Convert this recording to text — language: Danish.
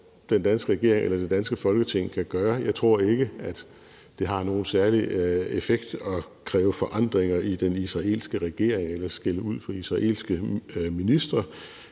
den danske regering eller det danske Folketing kan gøre. Jeg tror ikke, det har nogen særlig effekt at kræve forandringer i den israelske regering eller skælde ud på israelske ministre;